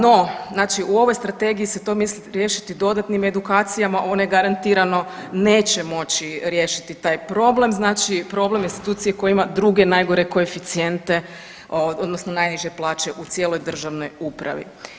No znači u ovoj strategiji se to misli riješiti dodatnim edukacijama, one garantirano neće moći riješiti taj problem, znači problem institucije koja ima druge najgore koeficijente odnosno najniže plaće u cijeloj državnoj upravi.